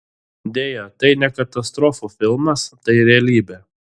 deja tai ne katastrofų filmas tai realybė